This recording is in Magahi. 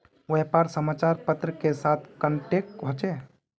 व्यापार समाचार पत्र के साथ कनेक्ट होचे?